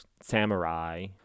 Samurai